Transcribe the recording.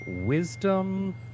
wisdom